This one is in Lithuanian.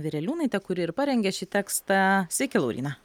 vireliūnaitė kuri ir parengė šį tekstą sveiki lauryna